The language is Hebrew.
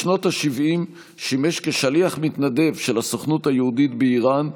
בשנות השבעים שימש כשליח מתנדב של הסוכנות היהודית באיראן,